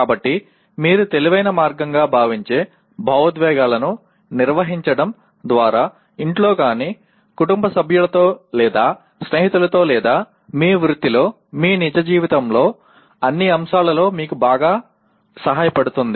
కాబట్టి మీరు తెలివైన మార్గంగా భావించే భావోద్వేగాలను నిర్వహించడం ద్వారా ఇంట్లో కానీ కుటుంబ సభ్యులతో లేదా స్నేహితులతో లేదా మీ వృత్తిలో మీ జీవితంలోని అన్ని అంశాలలో మీకు బాగా సహాయపడుతుంది